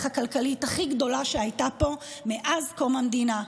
הכלכלית הכי גדולה שהייתה פה מאז קום המדינה.